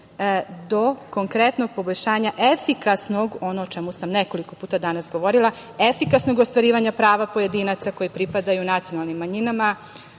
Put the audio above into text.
do konkretnog poboljšanja efikasnog, ono o čemu sam nekoliko puta danas govorila, efikasnog ostvarivanja prava pojedinaca koji pripadaju nacionalnim manjinama,